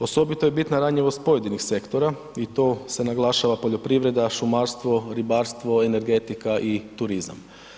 Osobito je bitna ranjivost pojedinih sektora i to se naglašava poljoprivreda, šumarstvo, ribarstvo, energetika i turizam.